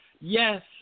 Yes